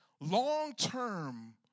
long-term